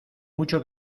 mucho